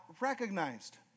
recognized